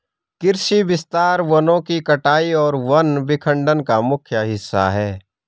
कृषि विस्तार वनों की कटाई और वन विखंडन का मुख्य हिस्सा है